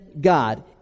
God